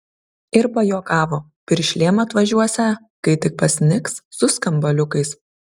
ir pajuokavo piršlėm atvažiuosią kai tik pasnigs su skambaliukais